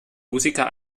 musiker